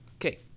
Okay